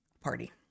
party